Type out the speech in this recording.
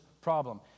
problem